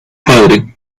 padre